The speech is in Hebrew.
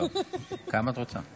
כמה את רוצה?